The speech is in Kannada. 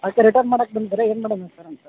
ಅದಕ್ಕೆ ರಿಟರ್ನ್ ಮಾಡಕ್ಕೆ ಬಂದಿದ್ದಾರೆ ಏನು ಮಾಡೋದು ಸರ್ ಅಂತ